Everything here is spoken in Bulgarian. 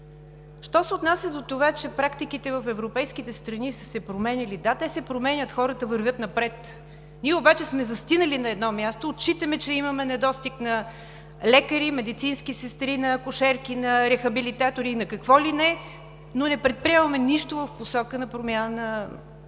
Що се отнася до това, че практиките в европейските страни са се променяли – да, те се променят, хората вървят напред. Ние обаче сме застинали на едно място, отчитаме, че имаме недостиг на лекари, медицински сестри, на акушерки, на рехабилитатори, на какво ли не, но не предприемаме нищо в посока на промяна на тази